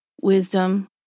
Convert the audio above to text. wisdom